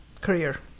career